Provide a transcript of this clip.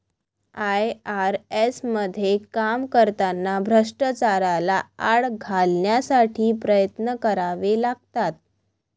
IRS मध्ये काम करताना भ्रष्टाचाराला आळा घालण्यासाठी प्रयत्न करावे लागतात